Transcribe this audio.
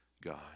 God